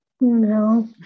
no